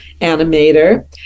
animator